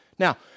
Now